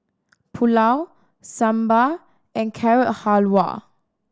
Pulao Sambar and Carrot Halwa